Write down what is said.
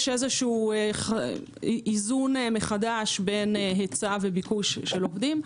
יש איזון מחדש בין היצע וביקוש של עובדים.